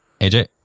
AJ